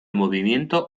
movimiento